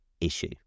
issue